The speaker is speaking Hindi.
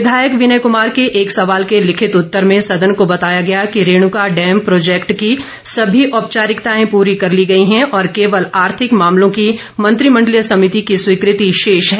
विधायक विनय कमार के एक सवाल के लिखित उत्तर में सदन को बताया गया कि रेणुका डैम प्रोजेक्ट की सभी औपचारिकताए पूरी कर ली गई हैं और केवल आर्थिक मामलों की मंत्रिमण्डलीय समिति की स्वीकृति शेष है